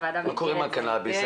מה קורה עם הקנביס?